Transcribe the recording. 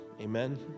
Amen